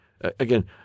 again